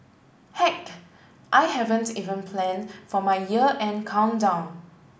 heck I haven't even plan for my year end countdown